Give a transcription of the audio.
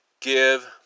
Give